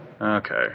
Okay